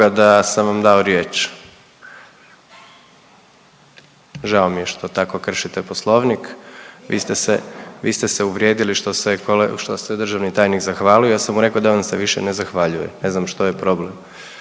da sam vam dao riječ. Žao mi je što tako kršite Poslovnik. Vi ste se, vi ste uvrijedili što se je, što se je državni tajnik zahvalio, ja sam mu rekao da vam se više ne zahvaljuje. Ne znam što je problem?